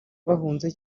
bahunze